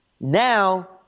now